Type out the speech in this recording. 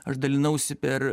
aš dalinausi per